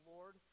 Lord